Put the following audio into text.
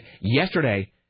yesterday